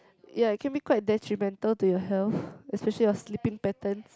ya it can be quite detrimental to your health especially your sleeping patterns